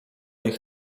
ich